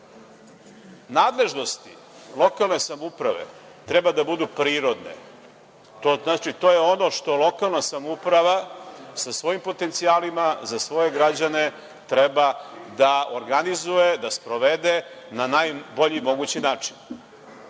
gradu. Nadležnosti lokalne samouprave treba da budu prirodne. To je ono što lokalna samouprava sa svojim potencijalima za svoje građane treba da organizuje, da sprovede na najbolji mogući način.